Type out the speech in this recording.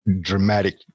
dramatic